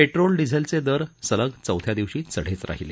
petrol डिझेलचे दर सलग चौथ्या दिवशी चढेच राहीले